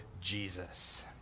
Jesus